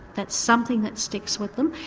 that's something that sticks with them.